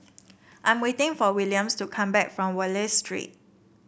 I am waiting for Williams to come back from Wallich Street